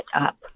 up